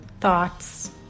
thoughts